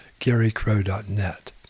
GaryCrow.net